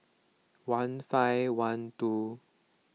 one five one two